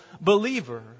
believer